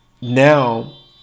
Now